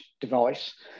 device